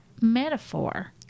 metaphor